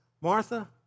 Martha